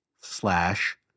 slash